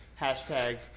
Hashtag